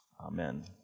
Amen